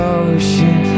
ocean